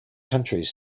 countries